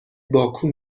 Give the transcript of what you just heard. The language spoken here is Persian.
باکو